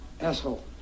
asshole